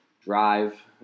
drive